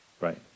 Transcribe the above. Right